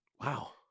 Wow